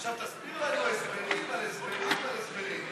עכשיו תסביר לנו הסברים על הסברים על הסברים.